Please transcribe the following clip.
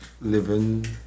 living